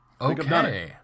Okay